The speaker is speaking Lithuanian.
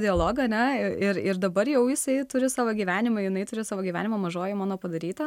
dialogą ane ir ir dabar jau jisai turi savo gyvenimą jinai turi savo gyvenimą mažoji mano padaryta